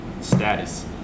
status